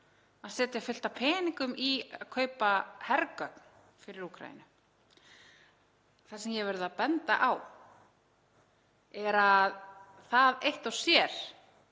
að setja fullt af peningum í kaupa hergögn fyrir Úkraínu. Það sem ég hef verið að benda á er að það eitt og sér